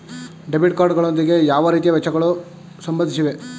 Debit card ಗಳೊಂದಿಗೆ ಯಾವ ರೀತಿಯ ವೆಚ್ಚಗಳು ಸಂಬಂಧಿಸಿವೆ?